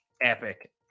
epic